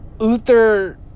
Uther